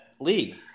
league